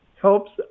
helps